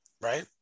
right